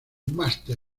máster